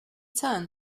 turned